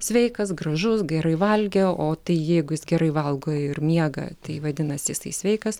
sveikas gražus gerai valgė o tai jeigu jis gerai valgo ir miega tai vadinasi jisai sveikas